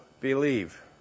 believe